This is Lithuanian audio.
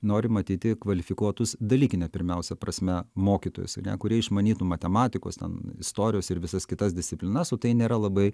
nori matyti kvalifikuotus dalykine pirmiausia prasme mokytojus ane kurie išmanytų matematikos ten istorijos ir visas kitas disciplinas o tai nėra labai